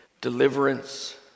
deliverance